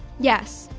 yes!